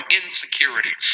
insecurity